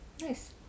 Nice